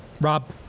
rob